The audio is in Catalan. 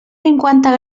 cinquanta